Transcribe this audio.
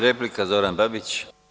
Replika Zoran Babić.